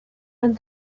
and